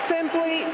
Simply